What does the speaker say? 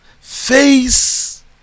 face